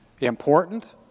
important